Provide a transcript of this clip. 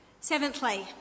Seventhly